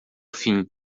fim